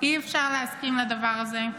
אי-אפשר להסכים לדבר הזה.